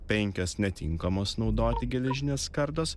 penkios netinkamos naudoti geležinės skardos